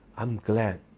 i'm glad,